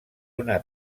una